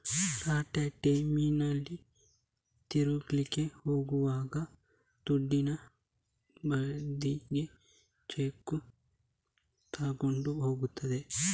ರಜೆ ಟೈಮಿನಲ್ಲಿ ತಿರುಗ್ಲಿಕ್ಕೆ ಹೋಗುವಾಗ ದುಡ್ಡಿನ ಬದ್ಲಿಗೆ ಚೆಕ್ಕು ತಗೊಂಡು ಹೋಗುದು